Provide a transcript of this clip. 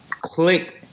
click